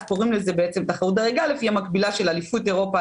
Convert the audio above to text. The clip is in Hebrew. והיא המקבילה של אליפות אירופה,